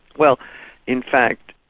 well in fact,